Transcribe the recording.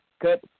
good